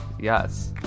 Yes